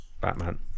Batman